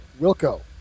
Wilco